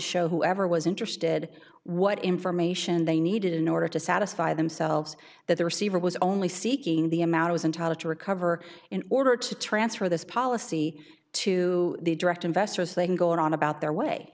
show whoever was interested what information they needed in order to satisfy themselves that the receiver was only seeking the amount was entitled to recover in order to transfer this policy to the direct investors they can go on about their way